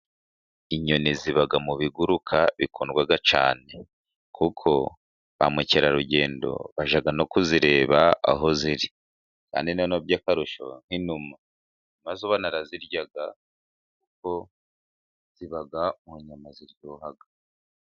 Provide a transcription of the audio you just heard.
Inyoni ziba mu biguruka bikundwa cyane kuko abakerarugendo bajya no kuzireba aho ziri, kandi noneho by’akarusho, nk’inuma, inuma zo baranazirya kuko ziba mu nyama ziryoha.